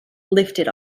lifted